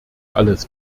alles